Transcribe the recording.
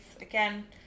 Again